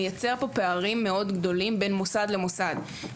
מייצר פערים גדולים מאוד בין מוסד למוסד,